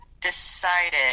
decided